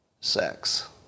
sex